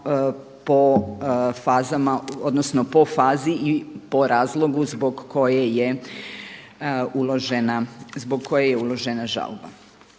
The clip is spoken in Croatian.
po fazi i po razlogu zbog koje je uložena žalba.